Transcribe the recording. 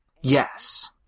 Yes